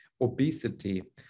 obesity